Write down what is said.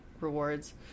Rewards